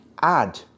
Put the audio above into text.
add